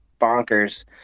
bonkers